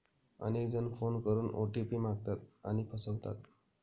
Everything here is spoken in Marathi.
अनेक जण फोन करून ओ.टी.पी मागतात आणि फसवतात